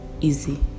easy